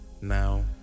Now